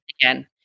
again